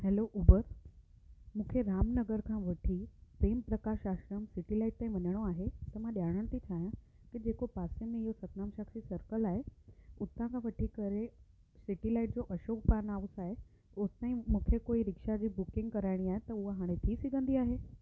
hello Uber मूंखे राम नगर खां वठी प्रेम प्रकाश आश्रम सिटी लाइट ते वञिणो आहे त मां ॼाणणु थी चाहियां की जेको पासे में इहो सतनाम साखी सर्कल आहे हुतां खां वठी करे सिटी लाइट जो अशोक पा नाहो साहे ओसिताईं मूंखे कोई रिक्शा जी बुकिंग कराइणी आहे त उहा हाणे थी सघंदी आहे